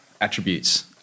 attributes